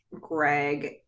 Greg